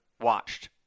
watched